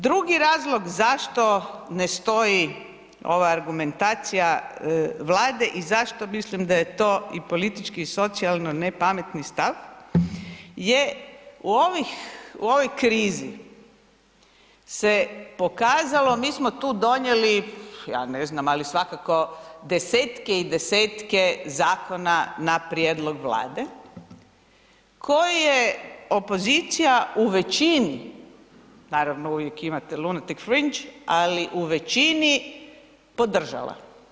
Drugi razlog zašto ne stoji ova argumentacija Vlade i zašto mislim da je to i politički i socijalno nepametni stav je u ovih, u ovoj krizi se pokazalo, mi smo tu donijeli, ja ne znam, ali svakako desetke i desetke zakona na prijedlog Vlade koje opozicija u većini, naravno uvijek imate lunatic fringe ali u većini, podržala.